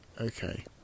okay